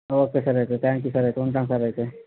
okay sir అయితే thank you sir అయితే ఉంటాను సార్ అయితే